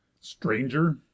stranger